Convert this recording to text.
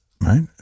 right